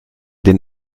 den